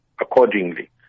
accordingly